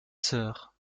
sœur